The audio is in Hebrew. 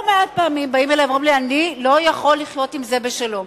לא מעט פעמים באים אלי ואומרים: אני לא יכול לחיות עם זה בשלום.